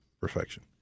perfection